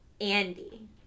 Andy